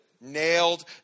nailed